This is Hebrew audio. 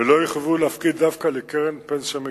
ולא יחויבו להפקיד דווקא לקרן פנסיה מקיפה.